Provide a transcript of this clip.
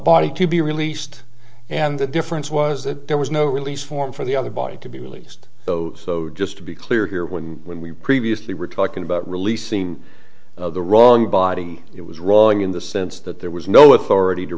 body to be released and the difference was that there was no release form for the other body to be released those so just to be clear here when we when we previously were talking about releasing the wrong body it was wrong in the sense that there was no authority to